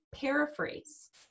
Paraphrase